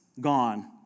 gone